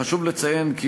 חשוב לציין כי